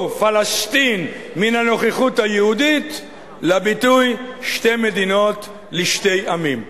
פלסטין מן הנוכחות היהודית לביטוי "שתי מדינות לשני עמים".